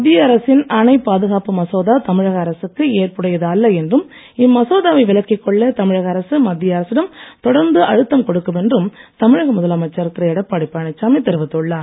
மத்திய அரசின் அணை பாதுகாப்பு மசோதா தமிழக அரசுக்கு ஏற்புடையது அல்ல என்றும் இம்மசோதாவை விலக்கிக்கொள்ள தமிழக அரசு மத்திய அரசிடம் தொடர்ந்து அழுத்தம் கொடுக்கும் என்றும் தமிழக முதலமைச்சர் திரு எடப்பாடி பழனிசாமி தெரிவித்துள்ளார்